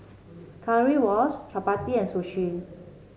Currywurst Chapati and Sushi